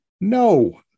No